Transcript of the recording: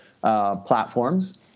platforms